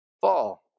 fall